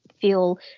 feel